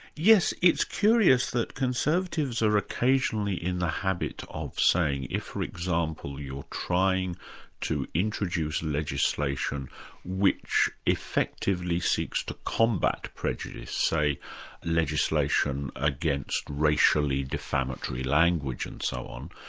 yes, it's curious that conservatives are occasionally in the habit of saying if for example, you're trying to introduce legislation which effectively seeks to combat prejudice, say legislation against racially defamatory language and so on,